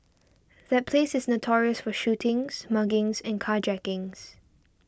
that place is notorious for shootings muggings and carjackings